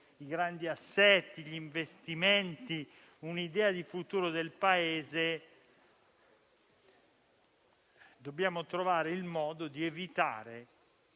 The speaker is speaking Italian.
i grandi assetti, gli investimenti e un'idea di futuro del Paese, dobbiamo trovare il modo di evitare